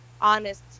honest